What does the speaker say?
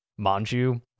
manju